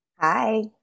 Hi